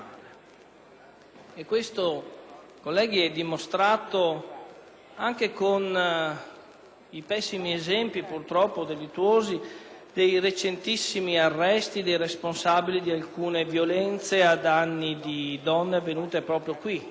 Questo, colleghi, è dimostrato anche dai pessimi esempi, purtroppo delittuosi, dei recentissimi arresti dei responsabili di alcune violenze ai danni di donne avvenute a Roma,